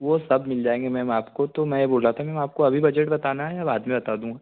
वो सब मिल जाएंगे मैम आपको तो मैं यह बोल रहा था मैम आपको अभी बजट बताना है या बाद में बता दूँ